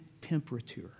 temperature